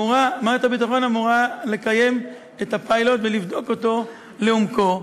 מערכת הביטחון אמורה לקיים את הפיילוט ולבדוק אותו לעומקו.